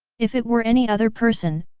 if it were any other person,